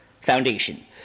foundation